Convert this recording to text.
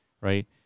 right